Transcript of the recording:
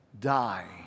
Die